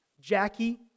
Jackie